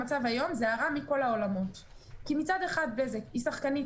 המצב היום הוא הרע מכל העולמות כי מצד אחד בזק היא שחקנית